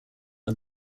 are